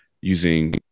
using